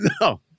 No